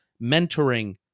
mentoring